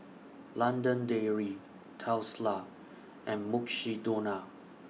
London Dairy Tesla and Mukshidonna